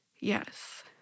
Yes